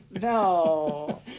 No